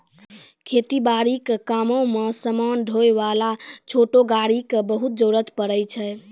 खेती बारी के कामों मॅ समान ढोय वाला छोटो गाड़ी के बहुत जरूरत पड़ै छै